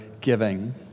giving